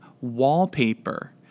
wallpaper